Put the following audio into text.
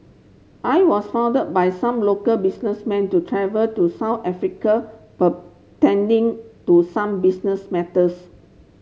I was funded by some local businessmen to travel to South Africa pertaining to some business matters